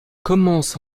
commence